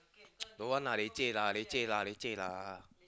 don't want lah leceh lah leceh lah leceh lah